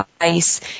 ice